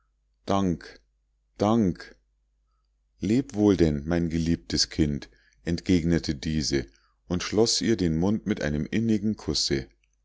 dank dank leb wohl denn mein geliebtes kind entgegnete diese und schloß ihr den mund mit einem innigen kusse